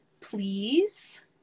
please